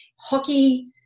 hockey